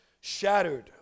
Shattered